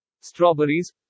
strawberries